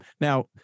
now